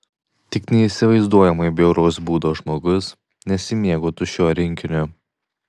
tik neįsivaizduojamai bjauraus būdo žmogus nesimėgautų šiuo rinkiniu